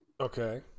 Okay